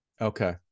Okay